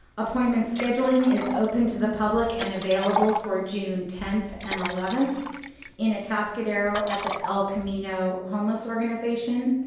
appointment scheduling is open to the public and available for june tenth and eleventh in atascadero at the el camino homeless organization.